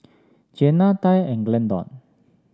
Jeanna Tye and Glendon